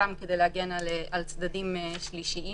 גם כדי להגן על צדדים שלישיים.